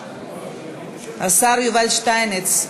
השר יובל שטייניץ,